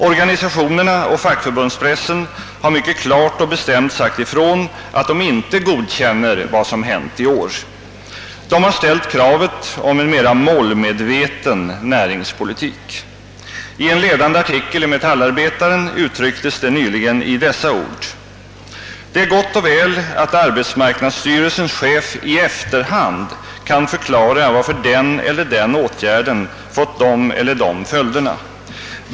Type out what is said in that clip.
Organisationerna och fackförbundspressen har mycket klart och bestämt sagt ifrån, att de inte godkänner vad som hänt i år. De har ställt kravet på en mera målmedveten näringspolitik. I en ledande artikel i Metallarbetaren uttrycktes det nyligen i dessa ord: »Det är gott och väl att Arbetsmarknadsstyrelsens chef i efterhand kan förklara varför den eller den åtgärden fått de eller de följderna.